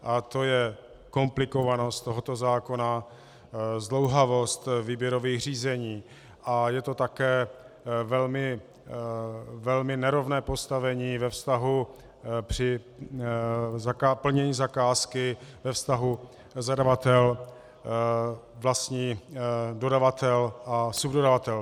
A to je komplikovanost tohoto zákona, zdlouhavost výběrových řízení a je to také velmi nerovné postavení při plnění zakázky ve vztahu zadavatel vlastní dodavatel a subdodavatel.